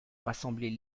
rassembler